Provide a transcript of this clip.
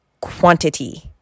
quantity